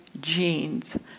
genes